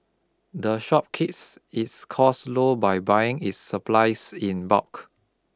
the shop keeps its costs low by buying its supplies in bulk